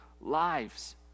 lives